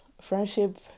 friendship